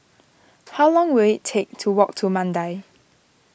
how long will it take to walk to Mandai